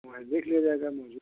वही देख लिया जाएगा